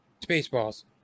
Spaceballs